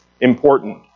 important